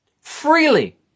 freely